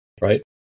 right